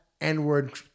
N-Word